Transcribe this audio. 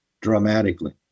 dramatically